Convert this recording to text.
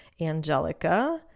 angelica